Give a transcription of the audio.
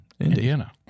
Indiana